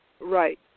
Right